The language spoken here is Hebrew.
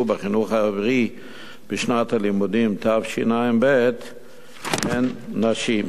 בחינוך העברי לשנת הלימודים תשע"ב הם נשים.